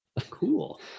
Cool